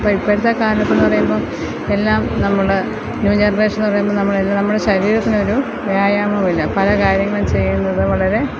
ഇപ്പോൾ ഇപ്പോഴത്തെ കാലത്ത് എന്നു പറയുമ്പോൾ എല്ലാം നമ്മൾ ന്യൂ ജനറേഷൻ എന്നു പറയുമ്പോൾ നമ്മളെല്ലാം നമ്മളെ ശരീരത്തിനൊരു വ്യായാമമില്ല പല കാര്യങ്ങൾ ചെയ്യുന്നതും വളരെ